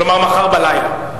כלומר מחר בלילה.